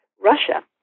Russia